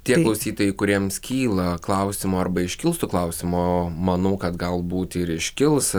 tie klausytojai kuriems kyla klausimų arba iškils tų klausimų manau kad gal būt ir iškils